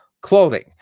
clothing